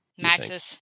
Maxis